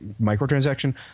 microtransaction